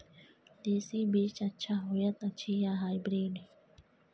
देसी बीज अच्छा होयत अछि या हाइब्रिड?